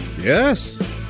Yes